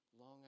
long